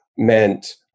meant